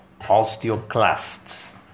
osteoclasts